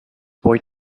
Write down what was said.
boy